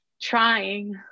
trying